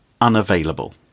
unavailable